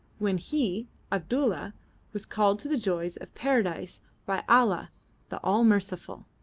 when he abdulla was called to the joys of paradise by allah the all-merciful.